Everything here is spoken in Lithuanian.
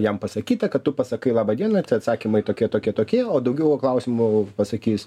jam pasakyta kad tu pasakai laba diena atsakymai tokie tokie tokie o daugiau klausimų pasakys